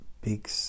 big